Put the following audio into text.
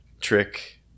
trick